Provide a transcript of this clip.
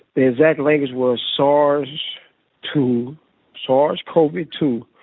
exact language, was sars two sars covid two,